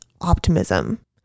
optimism